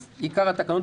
עיקר התקנות,